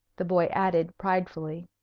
the boy added, pridefully.